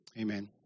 amen